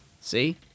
see